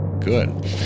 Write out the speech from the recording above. Good